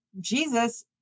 Jesus